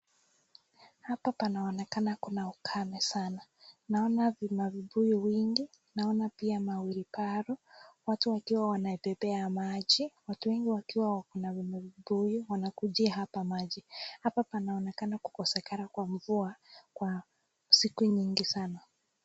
Hapa panaonekana kuna ukame sana, naona mavibuyu mingi, naona pia ma wheelbarrow watu wakiwa wanabebea maji, watu wengi wakiwa na mavibuyu wanakujia hapa maji, hapa panaonekana kukosekana kwa mvua kwa siku nyingi sana.